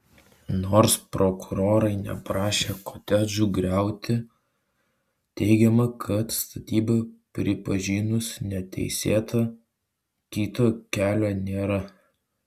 nors prokurorai neprašė kotedžų griauti teigiama kad statybą pripažinus neteisėta kito kelio nėra